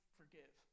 forgive